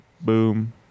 boom